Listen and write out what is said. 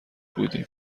بودیم